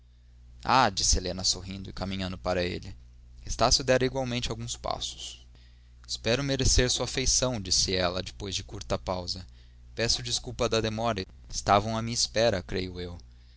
ah disse helena sorrindo e caminhando para ele estácio dera igualmente alguns passos espero merecer sua afeição disse ela depois de curta pausa peço desculpa da demora estavam à minha espera creio eu